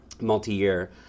multi-year